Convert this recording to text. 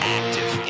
active